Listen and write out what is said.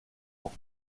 ans